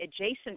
adjacent